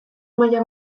maila